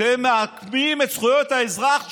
אתם מעקמים את זכויות האזרח שלנו,